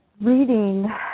reading